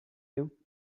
you